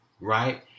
right